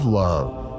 love